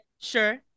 Sure